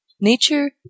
Nature